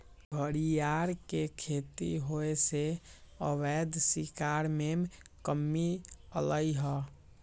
घरियार के खेती होयसे अवैध शिकार में कम्मि अलइ ह